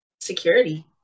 security